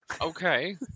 Okay